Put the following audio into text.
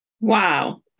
Wow